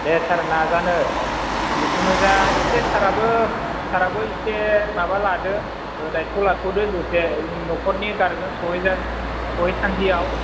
दे सार नाजानो जिखुनु जाया एसे साराबो साराबो एसे माबा लादो दाइथ' लाथ'दो दसे नखरनि गारजेन सहैजासे सहैसानदियाव